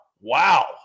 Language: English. Wow